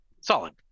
solid